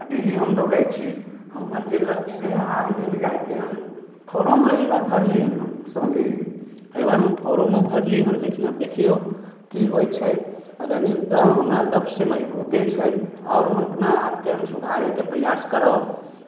daily हम दौड़ै छी हमर जे लक्ष्य रहै आर्मीमे जाइके हम फारमो एकबेर भरली हन समझली एहिबेर हम फोरमो भरली हन लेकिन आब देखिऔ कि होइ छै अगर नीँव तऽ हमरा तरफसे मजगूते छनि आओर हम अपना आपके हम सुधारैके प्रयास करब